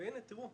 והנה תראו,